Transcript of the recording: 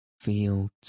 Fields